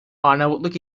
arnavutluk